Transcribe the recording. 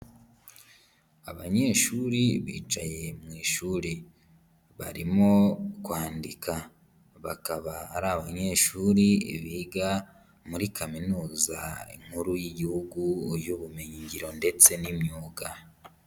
Abanyeshuri bicaye mu ishuri, barimo kwandika, bakaba ari abanyeshuri biga muri kaminuza nkuru y'igihugu y'ubumenyingiro ndetse n'imyuga.